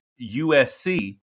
USC